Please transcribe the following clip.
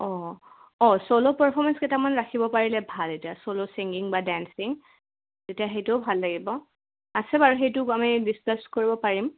অঁ অঁ solo performance কেইটামান ৰাখিব পাৰিলে ভাল এতিয়া চল' ছিংগিং বা ডেন্সিং তেতিয়া সেইটোও ভাল লাগিব আছে বাৰু সেইটো আমি ডিচকাছ কৰিব পাৰিম